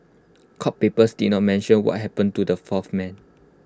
court papers did not mention what happened to the fourth man